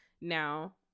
Now